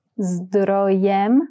zdrojem